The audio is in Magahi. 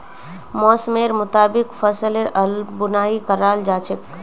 मौसमेर मुताबिक फसलेर बुनाई कराल जा छेक